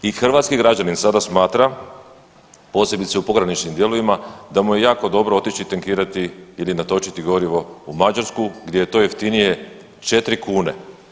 I hrvatski građanin sada smatra, posebice u pograničnim dijelovima da mu je jako dobro otići tankirati ili natočiti gorivo u Mađarsku gdje je to jeftinije četiri kune.